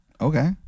Okay